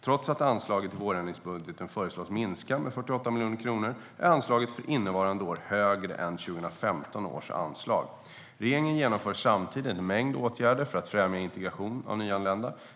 Trots att anslaget i vårändringsbudgeten föreslås minska med 48 miljoner kronor är anslaget för innevarande år högre än 2015 års anslag. Regeringen genomför samtidigt en mängd åtgärder för att främja integration av nyanlända.